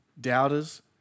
doubters